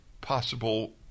possible